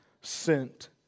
sent